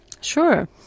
Sure